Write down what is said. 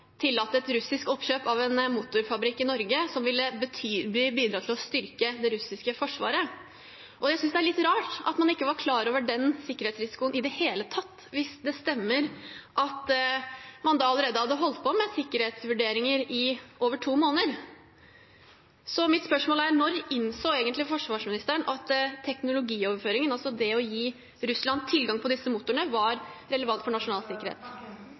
styrke det russiske forsvaret. Jeg synes det er litt rart at man ikke var klar over den sikkerhetsrisikoen i det hele tatt hvis det stemmer at man da allerede hadde holdt på med sikkerhetsvurderinger i over to måneder. Mitt spørsmål er: Når innså egentlig forsvarsministeren at teknologioverføringen, altså det å gi Russland tilgang på disse motorene, var relevant for nasjonal sikkerhet?